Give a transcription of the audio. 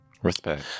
Respect